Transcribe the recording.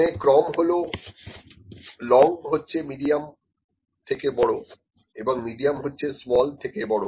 এখানে ক্রম হল লং হচ্ছে মিডিয়াম থেকে বড় এবং মিডিয়াম হচ্ছে স্মল থেকে বড়